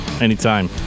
Anytime